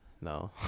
No